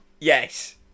Yes